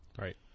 Right